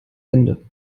ende